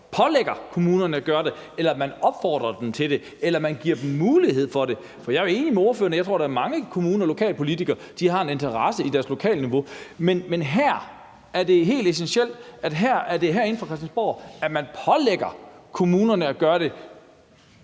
pålægge kommunerne at gøre det, eller om man opfordrer dem til det eller giver dem mulighed for det. For jeg er enig med ordføreren; jeg tror, at der er mange kommuner og lokalpolitikere, der har en interesse i deres lokalsamfund. Men her er det helt essentielt, at det er fra Christiansborg, at